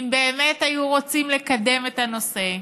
אם באמת היו רוצים לקדם את הנושא,